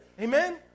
Amen